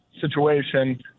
situation